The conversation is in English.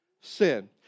sin